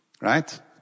Right